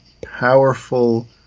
powerful